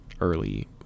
early